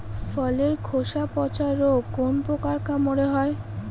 ফলের খোসা পচা রোগ কোন পোকার কামড়ে হয়?